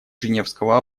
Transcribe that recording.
женевского